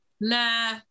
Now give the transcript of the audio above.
nah